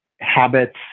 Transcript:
habits